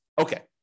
Okay